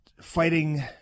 fighting